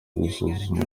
gusuzuma